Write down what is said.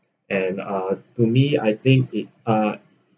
and uh to me I think it uh